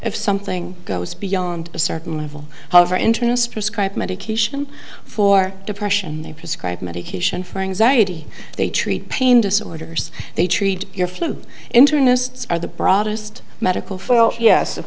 if something goes beyond a certain level however interests prescribe medication for depression they prescribe medication for anxiety they treat pain disorders they treat your flu internets are the broadest medical